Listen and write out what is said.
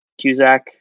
Cusack